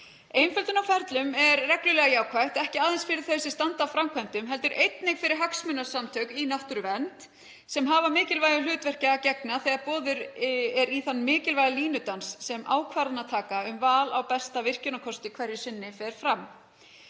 Einföldun á ferlum er reglulega jákvæð, ekki aðeins fyrir þau sem standa að framkvæmdum heldur einnig fyrir hagsmunasamtök í náttúruvernd sem hafa mikilvægu hlutverki að gegna þegar boðið er í þann mikilvæga línudans sem er þegar ákvarðanataka um val á besta virkjunarkosti hverju sinni fer fram.